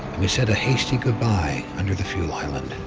we said a hasty goodbye under the fuel island.